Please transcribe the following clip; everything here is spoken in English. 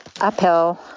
uphill